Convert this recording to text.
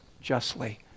justly